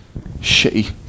shitty